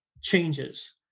changes